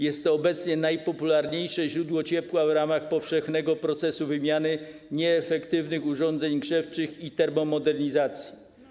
Jest to obecnie najpopularniejsze źródło ciepła w ramach powszechnego procesu wymiany nieefektywnych urządzeń grzewczych i termomodernizacji.